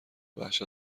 وحشت